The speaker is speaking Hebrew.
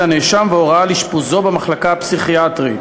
הנאשם והוראה על אשפוזו במחלקה הפסיכיאטרית.